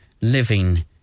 living